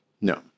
No